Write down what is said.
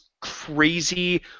crazy